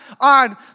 on